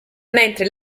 mentre